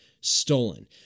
stolen